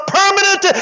permanent